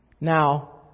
Now